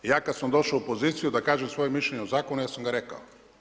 Ja kad sam došao u poziciju da kažem svoje mišljenje o zakonu, ja sam ga rekao.